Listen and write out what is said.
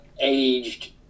aged